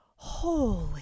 holy